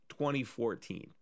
2014